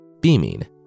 Beaming